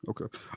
Okay